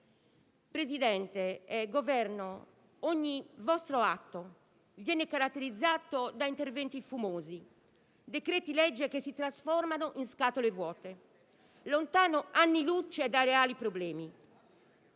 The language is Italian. membri del Governo, ogni vostro atto è caratterizzato da interventi fumosi, con decreti-legge che si trasformano in scatole vuote, lontani anni luce dai reali problemi.